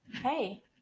hey